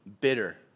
bitter